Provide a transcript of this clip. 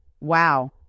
Wow